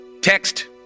text